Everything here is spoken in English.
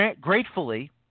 gratefully